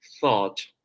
thought